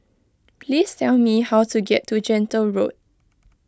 please tell me how to get to Gentle Road